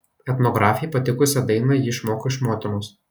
etnografei patikusią dainą ji išmoko iš motinos